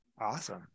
Awesome